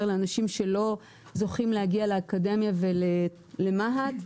לאנשים שלא זוכים להגיע לאקדמיה ולמה"ט.